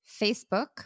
Facebook